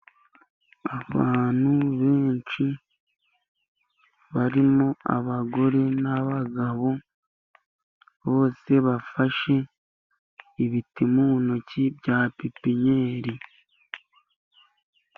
Abantu benshi barimo abagore n'abagabo, bose bafashe ibiti mu ntoki bya pipiniyeri.